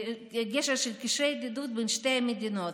גשר של קשרי ידידות בין שתי המדינות,